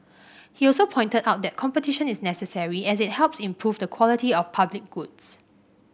he also pointed out that competition is necessary as it helps improve the quality of public goods